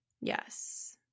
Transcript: yes